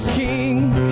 king